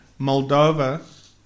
Moldova